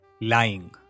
lying